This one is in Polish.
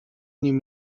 nim